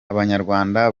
abanyarwanda